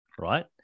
right